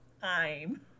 time